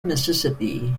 mississippi